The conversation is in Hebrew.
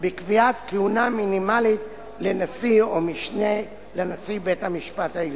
בקביעת כהונה מינימלית לנשיא או למשנה לנשיא בית-המשפט העליון.